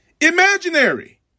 imaginary